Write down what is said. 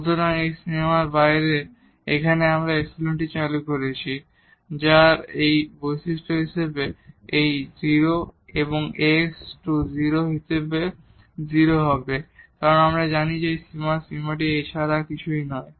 সুতরাং এই সীমার বাইরে এখন আমরা এই ইপসিলনটি চালু করেছি যার এই বৈশিষ্ট্য রয়েছে যে এটি 0 x → 0 হিসাবে 0 হবে কারণ আমরা জানি যে এই ভাগের এই সীমাটি এ ছাড়া আর কিছুই নয়